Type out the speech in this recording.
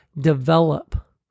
develop